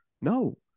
No